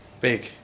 Big